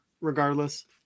regardless